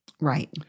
Right